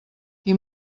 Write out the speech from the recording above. qui